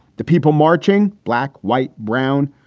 the people marching, black, white, brown,